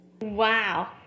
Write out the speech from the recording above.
Wow